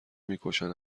میکشن